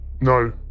No